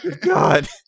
God